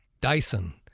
Dyson